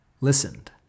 listened